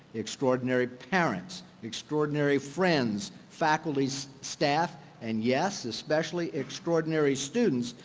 extraordinary parents, extraordinary friends, faculty, so staff and yes, especially extraordinary students,